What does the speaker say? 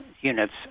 units